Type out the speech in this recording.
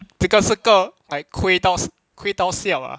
这个是个 like 亏到亏到笑 ah